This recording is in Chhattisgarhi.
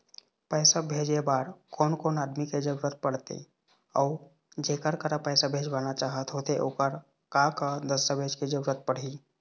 पैसा भेजे बार कोन कोन आदमी के जरूरत पड़ते अऊ जेकर करा पैसा भेजवाना चाहत होथे ओकर का का दस्तावेज के जरूरत पड़ही?